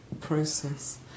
process